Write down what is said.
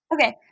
Okay